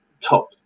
top